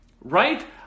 Right